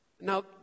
Now